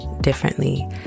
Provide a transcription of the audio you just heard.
differently